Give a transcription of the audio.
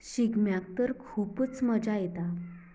शिगम्याक तर खुबच मज्या येतात